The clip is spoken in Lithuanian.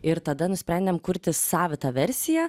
ir tada nusprendėm kurti savitą versiją